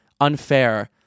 unfair